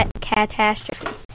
Catastrophe